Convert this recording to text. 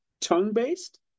tongue-based